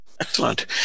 Excellent